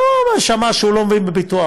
אז הוא שמע שהוא לא מבין בביטוח.